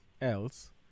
else